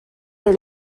are